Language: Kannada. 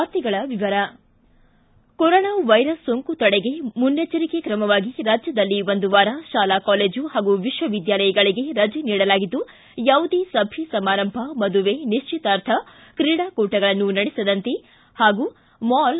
ವಾರ್ತೆಗಳ ವಿವರ ಕೊರೋನಾ ವೈರಸ್ ಸೋಂಕು ತಡೆಗೆ ಮುನ್ನೆಚ್ಚೆರಿಕೆ ಕ್ರಮವಾಗಿ ರಾಜ್ಯದಲ್ಲಿ ಒಂದು ವಾರ ಶಾಲಾ ಕಾಲೇಜು ಹಾಗೂ ವಿಶ್ವವಿದ್ದಾಲಯಗಳಗೆ ರಜೆ ನೀಡಲಾಗಿದ್ದು ಯಾವುದೇ ಸಭೆ ಸಮಾರಂಭ ಮದುವೆ ನಿಶ್ವಿತಾರ್ಥ ಕ್ರೀಡಾಕೂಟಗಳನ್ನು ನಡೆಸದಂತೆ ಹಾಗೂ ಮಾಲ್